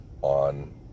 on